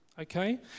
Okay